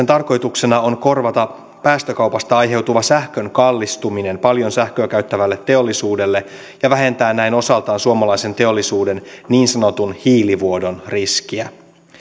tarkoituksena on korvata päästökaupasta aiheutuva sähkön kallistuminen paljon sähköä käyttävälle teollisuudelle ja vähentää näin osaltaan suomalaisen teollisuuden niin sanotun hiilivuodon riskiä